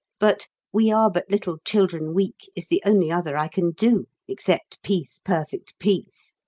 but we are but little children weak is the only other i can do, except peace, perfect peace!